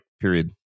period